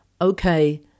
okay